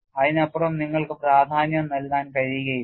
അതിനപ്പുറം നിങ്ങൾക്ക് പ്രാധാന്യം നൽകാൻ കഴിയില്ല